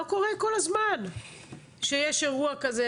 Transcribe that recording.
לא קורה כל הזמן שיש אירוע כזה.